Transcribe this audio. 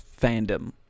fandom